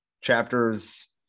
chapters